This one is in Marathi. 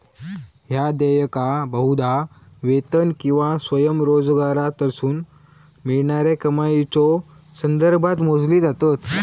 ह्या देयका बहुधा वेतन किंवा स्वयंरोजगारातसून मिळणाऱ्या कमाईच्यो संदर्भात मोजली जातत